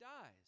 dies